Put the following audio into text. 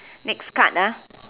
next card ah